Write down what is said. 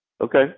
okay